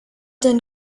denn